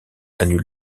annule